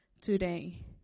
today